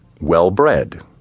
well-bred